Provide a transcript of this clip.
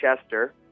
Chester